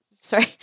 Sorry